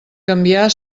canviar